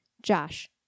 Josh